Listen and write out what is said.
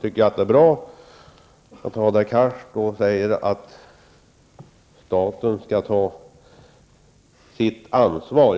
Det är bra att Hadar Cars tycker att staten skall ta sitt ansvar.